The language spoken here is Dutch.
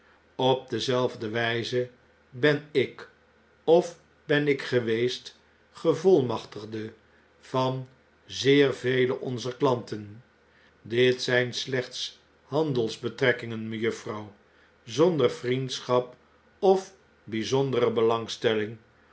op dezelfde wijze ben ik of ben ik geweest gevolmachtigde van zeer vele onzer klanten dit zijn slecbts handelsbetrekkingen mejuffrouw zonder vriendschap of bjjzondere belangstelling